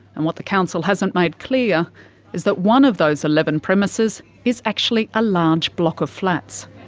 and what the council hasn't made clear is that one of those eleven premises is actually a large block of flats.